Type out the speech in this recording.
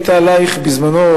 פה בזמנו,